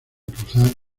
cruzar